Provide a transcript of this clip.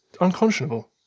unconscionable